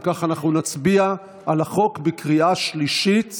אם כך, אנחנו נצביע על החוק בקריאה שלישית.